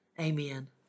amen